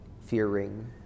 fearing